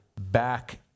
back